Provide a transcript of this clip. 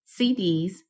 CDs